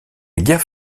guerre